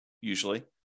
usually